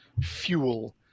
fuel